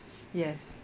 yes